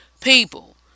people